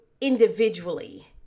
individually